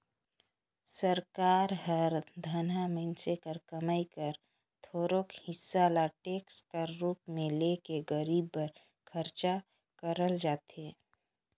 सरकार हर धनहा मइनसे कर कमई कर थोरोक हिसा ल टेक्स कर रूप में ले के गरीब बर खरचा करल जाथे